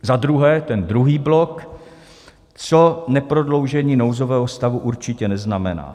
Za druhé, ten druhý blok, co neprodloužení nouzového stavu určitě neznamená.